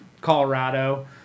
Colorado